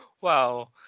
Wow